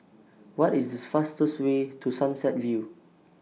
What IS The fastest Way to Sunset View